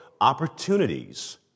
opportunities